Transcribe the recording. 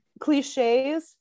cliches